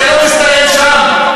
זה לא מסתיים שם.